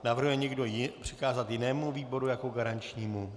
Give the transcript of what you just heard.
Navrhuje někdo přikázat jinému výboru jako garančnímu?